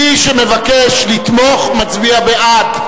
מי שמבקש לתמוך, מצביע בעד.